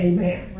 Amen